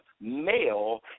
male